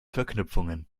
verknüpfungen